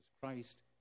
Christ